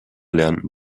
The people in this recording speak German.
lernten